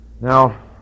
Now